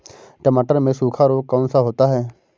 टमाटर में सूखा रोग कौन सा होता है?